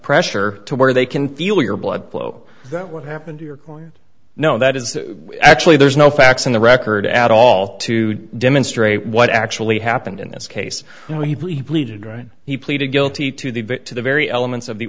pressure to where they can feel your blood flow that what happened to your corn no that is actually there's no facts in the record at all to demonstrate what actually happened in this case we pleaded right he pleaded guilty to the bit to the very elements of the